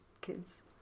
kids